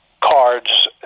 cards